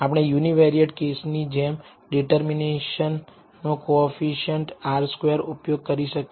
આપણે યુનિવરિએટ કેસની જેમ ડીટર્મિનેશન નો કોએફિસિએંટ્ R સ્ક્વેર ઉપયોગ કરી શકીએ